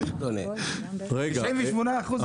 28 אחוזים.